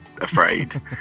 afraid